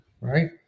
right